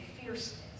fierceness